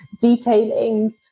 detailing